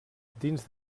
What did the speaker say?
dins